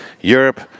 Europe